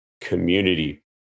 community